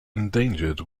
endangered